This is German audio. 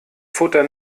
futter